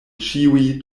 ĉiuj